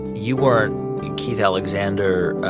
you weren't keith alexander,